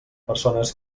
persones